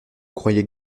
croyait